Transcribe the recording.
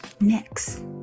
next